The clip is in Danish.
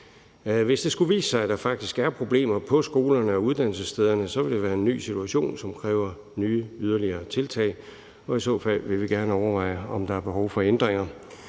Hvis det skulle vise sig, at der faktisk er problemer på skolerne og uddannelsesstederne, vil det være en ny situation, som kræver nye, yderligere tiltag, og i så fald vil vi gerne overveje, om der er behov for ændringer.